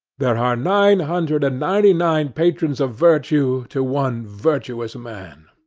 there are nine hundred and ninety-nine patrons of virtue to one virtuous man.